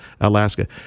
Alaska